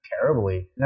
terribly